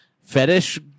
fetish